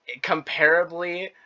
comparably